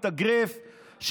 מתאגרף,